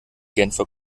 genfer